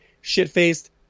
Shit-faced